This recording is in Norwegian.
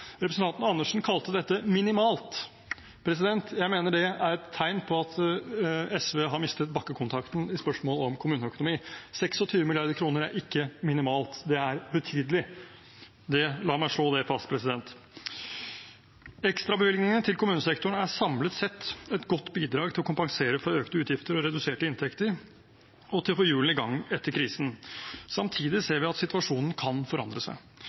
Representanten Andersen kalte dette minimalt. Jeg mener det er et tegn på at SV har mistet bakkekontakten i spørsmål om kommuneøkonomi. 26 mrd. kr er ikke minimalt, det er betydelig. La meg slå det fast. Ekstrabevilgningene til kommunesektoren er samlet sett et godt bidrag til å kompensere for økte utgifter og reduserte inntekter og til å få hjulene i gang etter krisen. Samtidig ser vi at situasjonen kan forandre seg.